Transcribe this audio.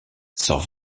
sort